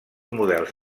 models